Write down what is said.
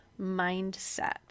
mindset